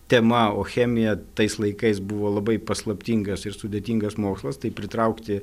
tema o chemija tais laikais buvo labai paslaptingas ir sudėtingas mokslas tai pritraukti